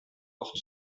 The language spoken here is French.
porte